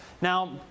Now